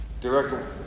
Director